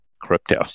crypto